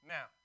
Now